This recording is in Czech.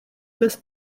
bez